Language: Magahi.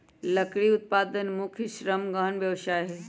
लकड़ी उत्पादन मुख्य श्रम गहन व्यवसाय हइ